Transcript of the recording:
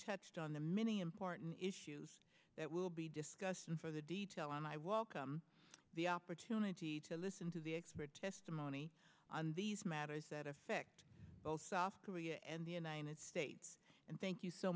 touched on the many important issues that will be discussed and for the detail and i welcome the opportunity to listen to the expert testimony on these matters that affect both soft korea and the united states and thank you so